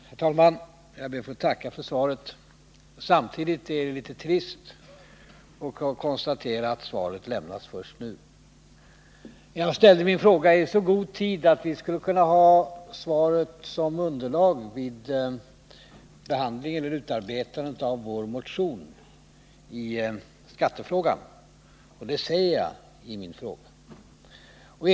Herr talman! Jag ber att få tacka för svaret. Samtidigt vill jag säga att det är litet trist att konstatera att svaret lämnas först nu. Jag ställde min fråga i så god tid att vi räknade med att vi skulle kunna ha svaret som underlag vid utarbetandet av vår motion i skattefrågan. Det framhåller jag också i min " fråga.